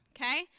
Okay